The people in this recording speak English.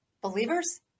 believers